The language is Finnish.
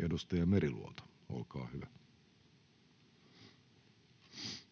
edustaja Meriluoto, olkaa hyvä.